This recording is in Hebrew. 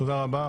תודה רבה.